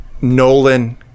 Nolan